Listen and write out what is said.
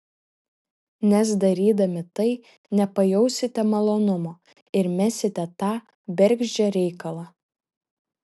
nes darydami tai nepajausite malonumo ir mesite tą bergždžią reikalą